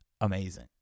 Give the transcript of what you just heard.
amazing